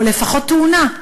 או לפחות תאונה.